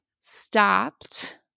stopped